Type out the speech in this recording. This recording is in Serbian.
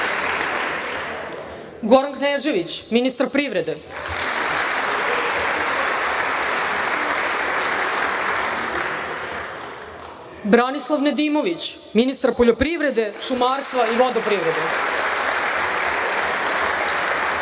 Goran Knežević, ministar privrede, Branislav Nedimović, ministar poljoprivrede, šumarstva i vodoprivrede,